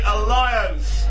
Alliance